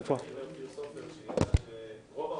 רוב ההוצאות,